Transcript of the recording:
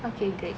okay great